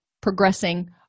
progressing